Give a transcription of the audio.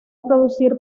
producir